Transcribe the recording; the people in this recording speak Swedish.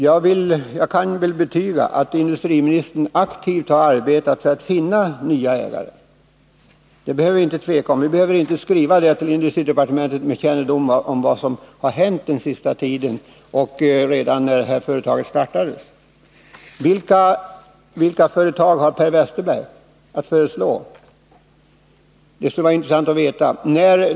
Jag kan intyga att industriministern aktivt har arbetat för att fördela ägandet när det gäller SSAB. Vi behöver inte skriva om det till industridepartementet, eftersom vi vet vad som har hänt den senaste tiden och vad som hände redan när företaget startade. Vilka företag föreslår Per Westerberg som nya ägare? Det skulle vara intressant att veta det.